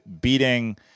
beating